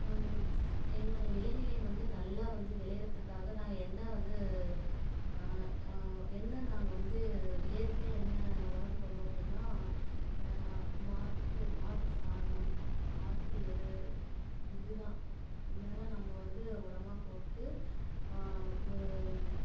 எங்களுடைய விளை நிலம் வந்து நல்லா வந்து விளையிறதுக்காக நாங்கள் என்ன வந்து என்ன நாங்கள் வந்து இயற்கையாக என்ன உரம் போடுவோம் அப்படினா மாட்டு மாட்டு சாணம் ஆட்டு எரு இது தான் இது தான் நாங்கள் வந்து உரமாக போட்டு ஒரு